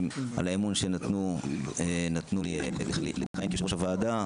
על האמון שהם נתנו בי לכהן כיושב-ראש הוועדה,